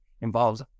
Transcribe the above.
involves